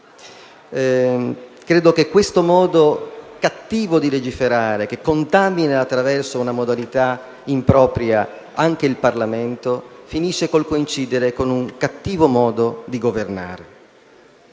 Credo che questo modo cattivo di legiferare, che contamina attraverso una modalità impropria anche il Parlamento, finisce con il coincidere con un cattivo modo di governare.